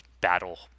battle